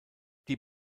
die